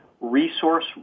resource